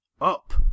Up